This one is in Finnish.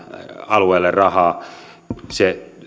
alueelle se